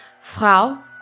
Frau